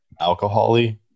alcoholy